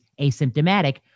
asymptomatic